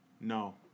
No